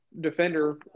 defender